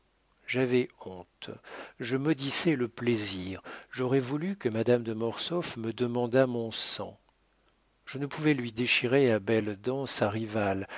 j'avais honte je maudissais le plaisir j'aurais voulu que madame de mortsauf me demandât mon sang je ne pouvais lui déchirer à belles dents sa rivale